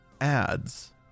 ads